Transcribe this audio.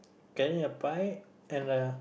getting a pie and the